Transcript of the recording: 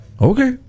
okay